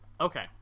Okay